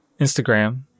Instagram